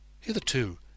Hitherto